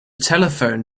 telephone